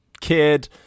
kid